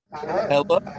Hello